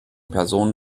personen